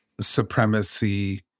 supremacy